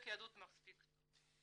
בודקי יהדות מספיק טובים.